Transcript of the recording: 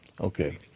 Okay